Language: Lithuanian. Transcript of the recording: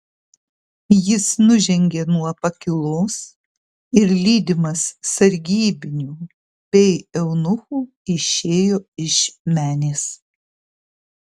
jis nužengė nuo pakylos ir lydimas sargybinių bei eunuchų išėjo iš menės